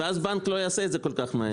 אז בנק לא יעשה את זה כל כך מהר.